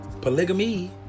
polygamy